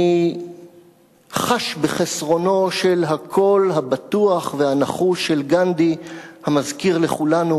אני חש בחסרונו של הקול הבטוח והנחוש של גנדי המזכיר לכולנו